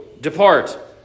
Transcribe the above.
depart